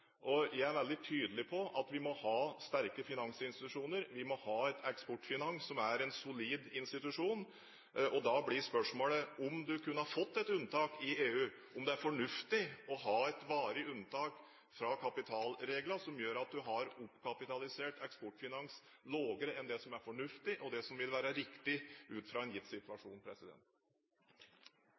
Jeg er veldig tydelig på at vi må ha sterke finansinstitusjoner, og vi må ha Eksportfinans som er en solid institusjon. Da blir spørsmålet om man kunne fått et unntak i EU, om det er fornuftig å ha et varig unntak fra kapitalreglene, som gjør at man har oppkapitalisert Eksportfinans lavere enn det som er fornuftig, og det som vil være riktig ut fra en gitt situasjon.